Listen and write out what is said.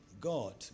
God